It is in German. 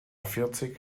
vierzig